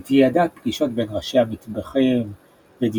היא תיעדה פגישות בין ראשי המטבחים ודיונים